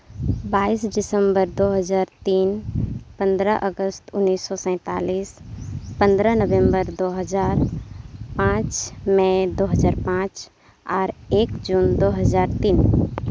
ᱵᱟᱭᱤᱥ ᱰᱤᱥᱮᱢᱵᱚᱨ ᱫᱩᱦᱟᱡᱟᱨ ᱛᱤᱱ ᱯᱚᱱᱨᱚ ᱟᱜᱚᱥᱴ ᱩᱱᱤᱥᱥᱚ ᱥᱟᱛᱟᱞᱞᱤᱥ ᱯᱚᱸᱫᱽᱨᱚ ᱱᱚᱵᱷᱮᱢᱵᱚᱨ ᱫᱩ ᱦᱟᱡᱟᱨ ᱯᱟᱸᱪ ᱢᱮ ᱫᱩ ᱦᱟᱡᱟᱨ ᱯᱟᱸᱪ ᱟᱨ ᱮᱠ ᱡᱩᱱ ᱫᱩ ᱦᱟᱡᱟᱨ ᱛᱤᱱ